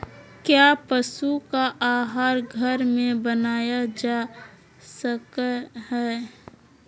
क्या पशु का आहार घर में बनाया जा सकय हैय?